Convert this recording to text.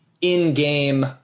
in-game